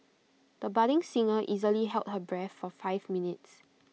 the budding singer easily held her breath for five minutes